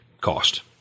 cost